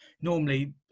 normally